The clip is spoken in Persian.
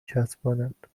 چسباند